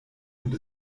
und